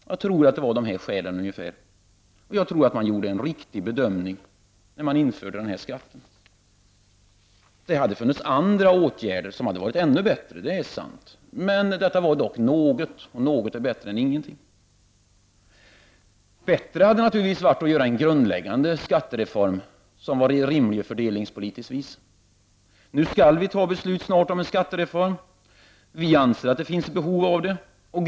Jag tror att skälen var ungefär dessa och att man gjorde en riktig bedömning när denna skatt infördes. Det är sant att andra åtgärder hade varit bättre. Men den här åtgärden var dock något, och något är bättre än ingenting. Bättre hade naturligtvis varit att genomföra en grundläggande skattereform med en rimlig fördelningspolitisk effekt. Nu skall vi snart fatta beslut om en skattereform. Vi anser alla att det finns behov av en sådan.